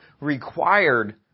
required